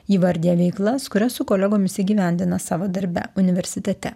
ji vardija veiklas kurias su kolegomis įgyvendina savo darbe universitete